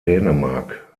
dänemark